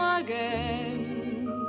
again